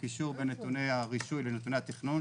קישור בין נתוני הרישוי לנתוני התכנון,